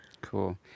Cool